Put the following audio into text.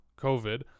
COVID